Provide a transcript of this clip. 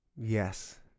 Yes